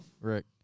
Rick